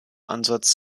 ansatz